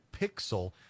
Pixel